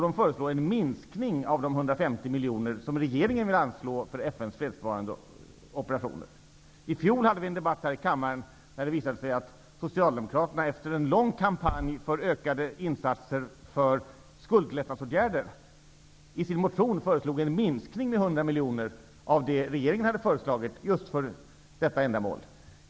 De föreslår en minskning av de 150 miljoner som regeringen vill anslå för FN:s fredsbevarande operationer. I fjol hade vi en debatt här i kammaren där det visade att Socialdemokraterna, efter en lång kampanj för ökade insatser för skuldlättnadsåtgärder, i sin motion föreslog en minskning med 100 miljoner jämfört med vad regeringen hade föreslagit för detta ändamål.